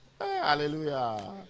Hallelujah